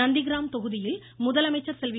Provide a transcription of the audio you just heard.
நந்திகிராம் தொகுதியில் முதலமைச்சர் செல்வி